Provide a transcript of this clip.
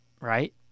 right